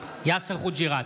יאסר חוג'יראת,